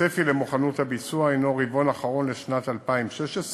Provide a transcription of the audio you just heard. הצפי למוכנות הביצוע הנו הרבעון האחרון של שנת 2016,